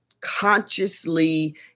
consciously